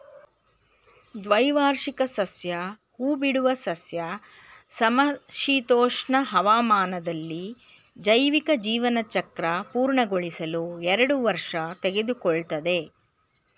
ದ್ವೈವಾರ್ಷಿಕ ಸಸ್ಯ ಹೂಬಿಡುವ ಸಸ್ಯ ಸಮಶೀತೋಷ್ಣ ಹವಾಮಾನದಲ್ಲಿ ಜೈವಿಕ ಜೀವನಚಕ್ರ ಪೂರ್ಣಗೊಳಿಸಲು ಎರಡು ವರ್ಷ ತೆಗೆದುಕೊಳ್ತದೆ